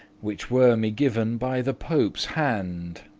which were me given by the pope's hand.